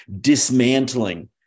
dismantling